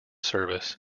service